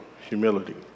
humility